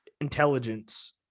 intelligence